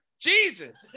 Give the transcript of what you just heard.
jesus